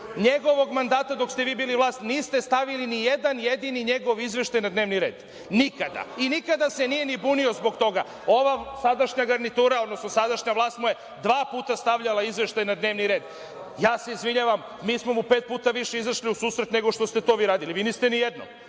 njegovog mandata dok ste vi bili vlast niste stavili ni jedan jedini njegov izveštaj na dnevni red, nikada i nikada se nije bunio zbog toga. Ova sadašnja vlast mu je dva puta stavljala izveštaj na dnevni red. Ja se izvinjavam, mi smo mu pet puta više izašli u susret nego što ste to vi radili. Vi niste ni jednom. Prema